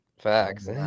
Facts